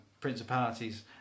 principalities